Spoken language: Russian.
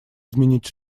изменить